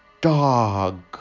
dog